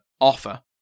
offer